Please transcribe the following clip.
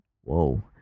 Whoa